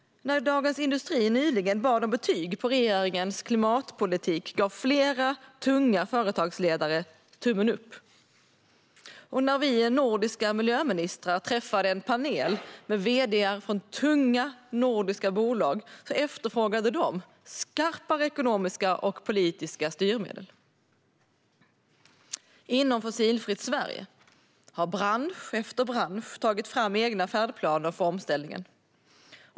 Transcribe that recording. När Dagens industri nyligen bad om betyg på regeringens klimatpolitik gjorde flera tunga företagsledare tummen upp. Och när vi nordiska miljöministrar träffade en panel med vd:ar från tunga nordiska bolag efterfrågade de skarpare ekonomiska och politiska styrmedel. Inom Fossilfritt Sverige har bransch efter bransch tagit fram egna färdplaner för omställningen.